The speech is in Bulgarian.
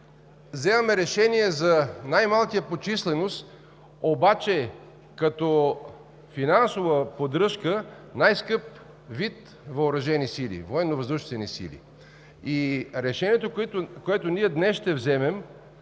вземаме решение за най-малкия по численост, обаче като финансова поддръжка, най-скъп вид въоръжени сили – Военновъздушните ни сили. Решението, което ние днес ще вземем,